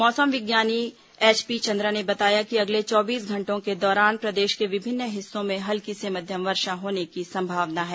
मौसम विज्ञानी एचपी चंद्रा ने बताया कि अगले चौबीस घंटों के दौरान प्रदेश के विभिन्न हिस्सों में हल्की से मध्यम वर्षा होने की संभावना है